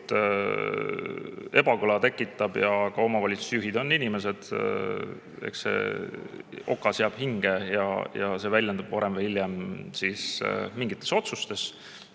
ebakõla tekitab. Ja ka omavalitsusjuhid on inimesed – eks okas jääb hinge ja see väljendub varem või hiljem mingites otsustes,